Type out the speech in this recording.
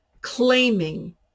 claiming